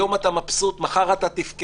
היום אתה מבסוט, מחר את תבכה.